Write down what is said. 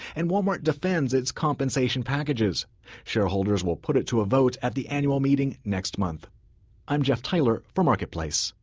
and walmart defends its compensation packages shareholders will put it to a vote at the annual meeting next month i'm jeff tyler for marketplace